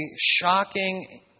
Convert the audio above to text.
shocking